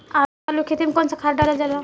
आलू के खेती में कवन सा खाद डालल जाला?